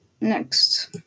next